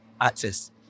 access